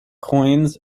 coins